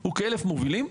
הוא כ-1,000 מובילים.